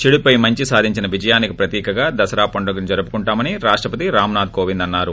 చెడుపై మంచి సాధించిన విజయానికి ప్రతీకగా దసరా పండుగ జరుపుకుంటామని రాష్ణపతి రామ్నాథ్ కోవింద్ అన్నారు